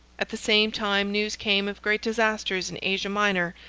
at the same time news came of great disasters in asia minor,